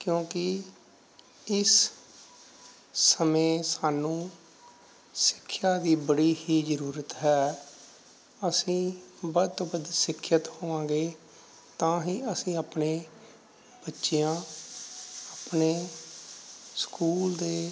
ਕਿਉਂਕਿ ਇਸ ਸਮੇਂ ਸਾਨੂੰ ਸਿੱਖਿਆ ਦੀ ਬੜੀ ਹੀ ਜ਼ਰੂਰਤ ਹੈ ਅਸੀਂ ਵੱਧ ਤੋਂ ਵੱਧ ਸਿੱਖਿਅਤ ਹੋਵਾਂਗੇ ਤਾਂ ਹੀ ਅਸੀਂ ਆਪਣੇ ਬੱਚਿਆਂ ਆਪਣੇ ਸਕੂਲ ਦੇ